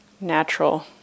Natural